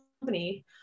company